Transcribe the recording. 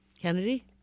kennedy